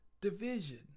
division